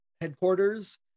headquarters